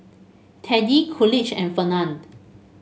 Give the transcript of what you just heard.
Teddie Coolidge and Fernand